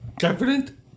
Confident